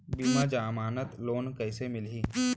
बिना जमानत लोन कइसे मिलही?